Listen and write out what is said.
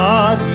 God